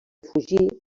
fugir